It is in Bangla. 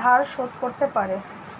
ধার শোধ করতে পারে